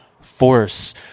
force